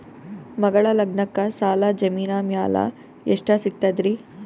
ಮಗಳ ಲಗ್ನಕ್ಕ ಸಾಲ ಜಮೀನ ಮ್ಯಾಲ ಎಷ್ಟ ಸಿಗ್ತದ್ರಿ?